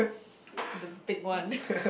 the big one